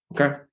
Okay